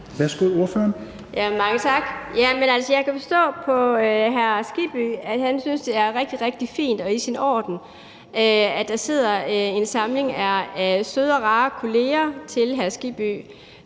Kronborg (RV): Mange tak. Jeg kan forstå på hr. Hans Kristian Skibby, at han synes, at det er rigtig, rigtig fint og i sin orden, at der sidder en samling af søde og rare kolleger til hr.